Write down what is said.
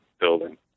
building